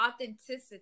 Authenticity